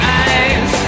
eyes